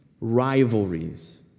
rivalries